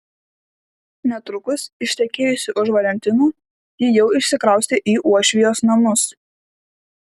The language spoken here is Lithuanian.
netrukus ištekėjusi už valentino ji jau išsikraustė į uošvijos namus